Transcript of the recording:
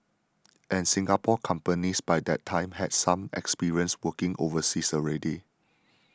and Singapore companies by that time had some experience working overseas already